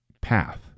path